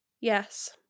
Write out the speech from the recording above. Yes